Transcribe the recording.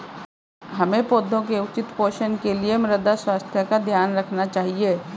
हमें पौधों के उचित पोषण के लिए मृदा स्वास्थ्य का ध्यान रखना चाहिए